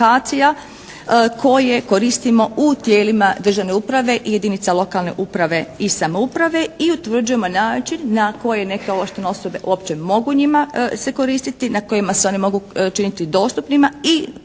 koje koristimo u tijelima državne uprave i jedinica lokalne uprave i samouprave i utvrđujemo način na koji neke ovlaštene osobe uopće mogu njima se koristiti. Na kojima se one mogu činiti dostupnima i poglavito